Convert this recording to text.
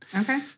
Okay